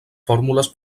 fórmules